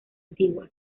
antiguas